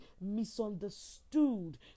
misunderstood